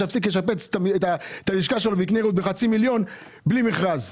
שיפסיק לשפץ את הלשכה שלו בחצי מיליון בלי מכרז.